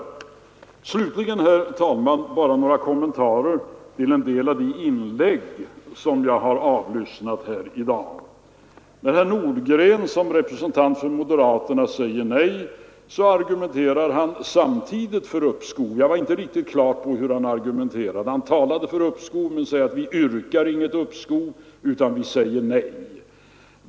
Fortsättningsvis, herr talman, bara några kommentarer till en del av de inlägg som jag har avlyssnat här i dag. När herr Nordgren som representant för moderaterna säger nej argumenterar han samtidigt för uppskov. Jag var inte riktigt på det klara med hur han argumenterade. Han talade för uppskov men sade: Vi yrkar inte på uppskov, utan vi säger nej.